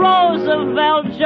Roosevelt